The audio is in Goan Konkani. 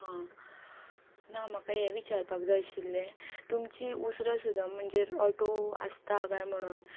हां ना म्हाका हें विचारपाक जाय आशिल्ले तुमची उसरो सुद्दा म्हणजे ऑटो आसता काय म्हणून